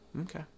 Okay